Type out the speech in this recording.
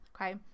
Okay